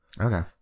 Okay